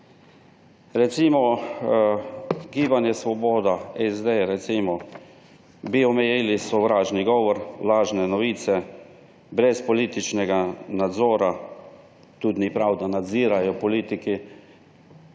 recimo Gibanje Svoboda, SD bi recimo omejili sovražni govor, lažne novice, brez političnega nadzora. Tudi ni prav, da nadzirajo politiki